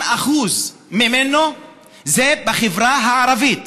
כמה שוטרים הועמדו לדין בגלל שהם הרגו ערבים?